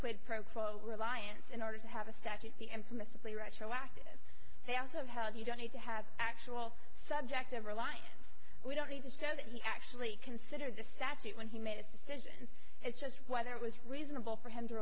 quid pro quo reliance in order to have a statute impermissibly retroactive they also held you don't need to have actual subjective reliance we don't need to show that he actually considered the statute when he made its decision it's just whether it was reasonable for him to